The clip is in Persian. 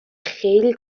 خیلی